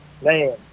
man